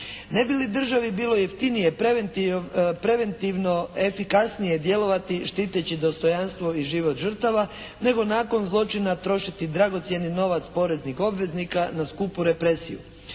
Ne bi li državi bilo jeftinije preventivno efikasnije djelovati štiteći dostojanstvo i život žrtava, nego nakon zločina trošiti dragocjeni novac poreznih obveznika na skupu represiju.